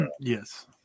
yes